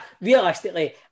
Realistically